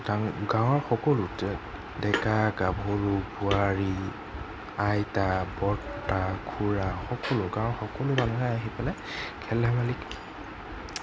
গাওঁৰ গাওঁৰ সকলো ডেকা গাভৰু বোৱাৰী আইতা বৰতা খুৰা সকলো গাওঁৰ সকলো মানুহে আহি পেলাই খেল ধেমালি